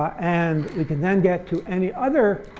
and we can then get to any other